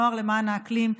נוער למען האקלים,